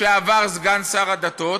לשעבר סגן שר הדתות,